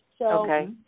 Okay